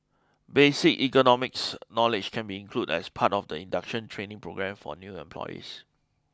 basic ergonomics knowledge can be included as part of the induction training programme for new employees